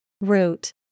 Root